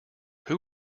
who